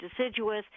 deciduous